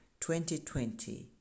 2020